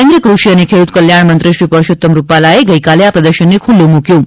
કેન્દ્રીય કૃષી અને ખેડૂત કલ્યાણ મંત્રીશ્રી પરસોત્તમભાઈ રૂપાલાએ ગઇકાલે આ પ્રદર્શનને ખુલ્લો મૂક્યો હતો